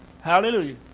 Hallelujah